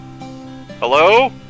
Hello